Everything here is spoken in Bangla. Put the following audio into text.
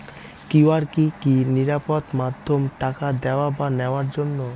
কিউ.আর কি নিরাপদ মাধ্যম টাকা দেওয়া বা নেওয়ার জন্য?